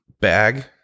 bag